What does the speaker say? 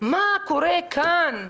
קורה כאן?